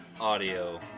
Audio